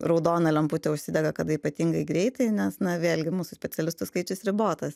raudona lemputė užsidega kada ypatingai greitai nes na vėlgi mūsų specialistų skaičius ribotas